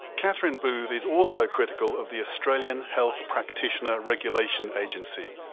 kathryn booth is also critical of the australian health practitioner regulation agency,